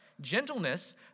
Gentleness